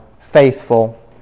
faithful